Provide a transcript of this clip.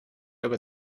aber